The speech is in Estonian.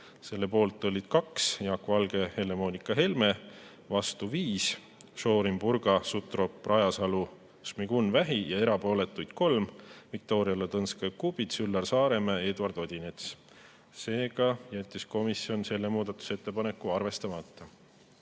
Selle poolt oli 2: Jaak Valge ja Helle-Moonika Helme; vastu 5: Šorin, Purga, Sutrop, Rajasalu, Šmigun-Vähi, ning erapooletuid oli 3: Viktoria Ladõnskaja-Kubits, Üllar Saaremäe, Eduard Odinets. Seega jättis komisjon selle muudatusettepaneku arvestamata.